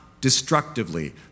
destructively